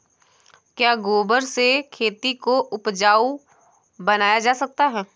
क्या गोबर से खेती को उपजाउ बनाया जा सकता है?